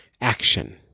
Action